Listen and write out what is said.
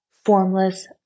formless